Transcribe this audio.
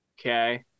Okay